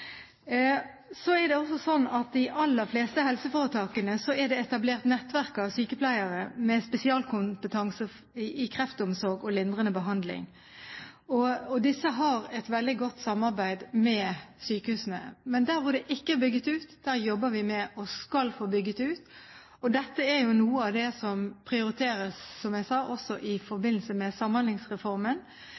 de aller fleste helseforetakene er det etablert nettverk av sykepleiere med spesialkompetanse i kreftomsorg og lindrende behandling. Disse har et veldig godt samarbeid med sykehusene. Men der det ikke er bygget ut, jobber vi med at vi skal få bygget ut. Dette er noe av det som prioriteres, som jeg sa, i forbindelse med Samhandlingsreformen